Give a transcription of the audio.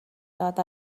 داد